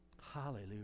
Hallelujah